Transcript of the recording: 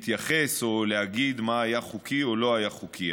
להתייחס או להגיד מה היה חוקי או לא היה חוקי.